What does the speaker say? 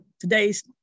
today's